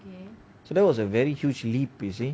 so that was a very huge leap you see